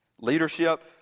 Leadership